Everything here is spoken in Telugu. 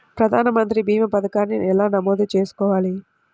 ప్రధాన మంత్రి భీమా పతకాన్ని ఎలా నమోదు చేసుకోవాలి?